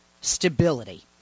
stability